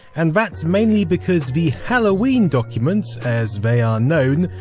and that's mainly because the halloween documents, as they are known,